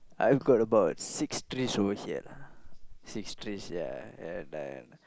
I've got about six trees over here six trees ya and then